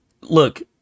look